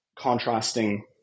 contrasting